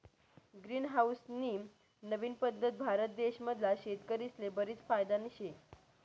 green house नी नवीन पद्धत भारत देश मधला शेतकरीस्ले बरीच फायदानी शे